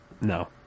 no